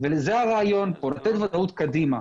וזה הרעיון כאן, לתת ודאות קדימה.